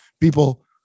people